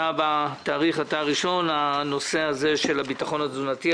אתה הראשון שפנית בנושא הביטחון התזונתי,